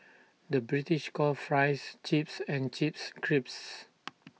the British calls Fries Chips and Chips Crisps